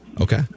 Okay